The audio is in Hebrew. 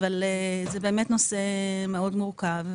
אבל זה באמת נושא מאוד מורכב.